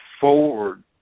forward